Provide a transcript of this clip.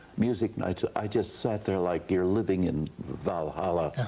music nights, ah i just sat there like you're living in valhalla,